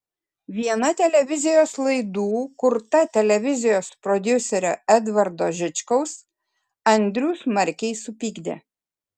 viena televizijos laidų kurta televizijos prodiuserio edvardo žičkaus andrių smarkiai supykdė